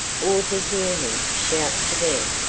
or to hear him shout to them,